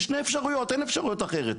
אלה שתי האפשרויות, אין אפשרות אחרת.